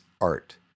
art